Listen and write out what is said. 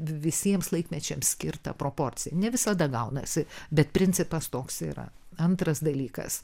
visiems laikmečiams skirtą proporciją ne visada gaunasi bet principas toks yra antras dalykas